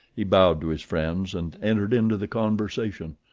he bowed to his friends, and entered into the conversation.